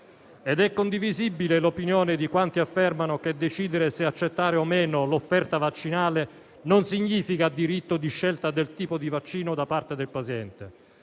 ed è condivisibile l'opinione di quanti affermano che decidere se accettare o meno l'offerta vaccinale non significa diritto di scelta del tipo di vaccino da parte del paziente.